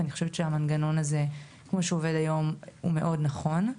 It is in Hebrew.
אני חושבת שהמנגנון הזה עובד היום מאוד נכון.